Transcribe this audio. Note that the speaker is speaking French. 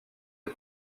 des